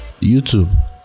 YouTube